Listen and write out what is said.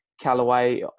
Callaway